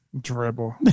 Dribble